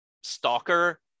stalker